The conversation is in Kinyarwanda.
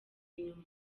inyuma